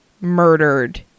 murdered